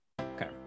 Okay